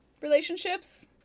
relationships